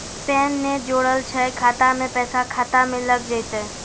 Pan ने जोड़लऽ छै खाता मे पैसा खाता मे लग जयतै?